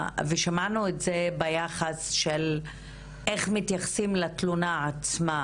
שמענו לגבי איך שמתייחסים לתלונה עצמה,